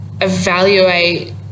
evaluate